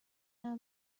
how